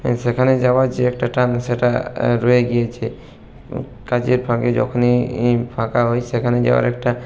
সেখানে যাওয়ার যে একটা টান সেটা রয়ে গিয়েছে কাজের ফাকে যখনই ফাঁকা হই সেখানে যাওয়ার একটা